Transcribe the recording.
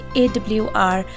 awr